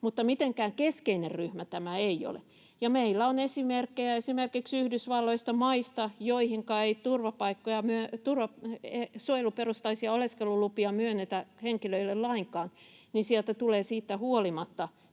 mutta mitenkään keskeinen ryhmä tämä ei ole. Ja meillä on esimerkkejä esimerkiksi Yhdysvalloista, maista, joihinka ei suojeluperustaisia oleskelulupia myönnetä henkilöille lainkaan, että sieltä tulee siitä huolimatta